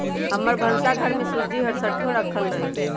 हमर भन्सा घर में सूज्ज़ी हरसठ्ठो राखल रहइ छै